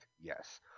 Yes